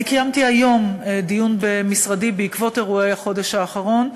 אני קיימתי היום דיון במשרדי בעקבות אירועי החודש האחרון,